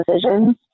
decisions